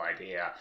idea